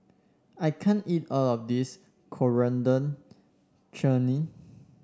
I can't eat all of this Coriander Chutney